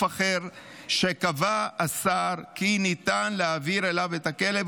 אחר שקבע השר כי ניתן להעביר אליו את הכלב,